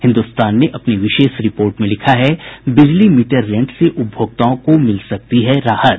हिन्दुस्तान ने अपनी विशेष रिपोर्ट में लिखा है बिजली मीटर रेंट से उपभोक्ताओं को मिल सकती है राहत